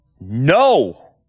No